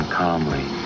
calmly